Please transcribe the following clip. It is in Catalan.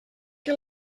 que